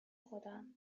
خودم